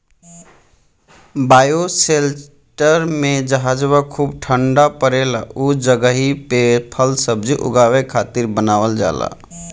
bioshelter में जहवा खूब ठण्डा पड़ेला उ जगही पे फल सब्जी उगावे खातिर बनावल जाला